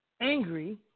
angry